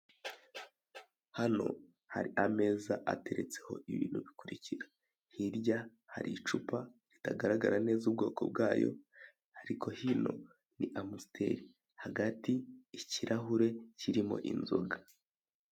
Hano hari ameza ateretseho ibintu bikurikira; hirya hari icupa ritagaragara neza ubwoko bwayo ariko hino ni amusiteli, hagati ikirahure kirimo inzoga.